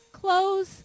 clothes